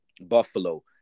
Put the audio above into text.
Buffalo